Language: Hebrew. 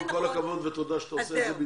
כל הכבוד ותודה שאתה עושה את זה בהתנדבות.